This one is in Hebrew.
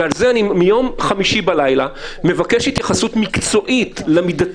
ועל זה אני מבקש התייחסות מקצועית מיום חמישי בלילה.